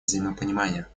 взаимопонимания